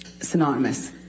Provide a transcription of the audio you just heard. synonymous